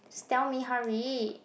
tell me hurry